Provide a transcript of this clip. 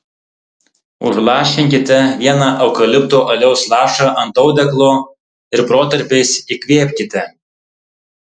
užlašinkite vieną eukalipto aliejaus lašą ant audeklo ir protarpiais įkvėpkite